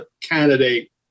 candidate